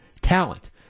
talent